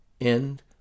End